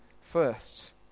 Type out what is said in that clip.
first